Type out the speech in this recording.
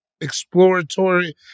exploratory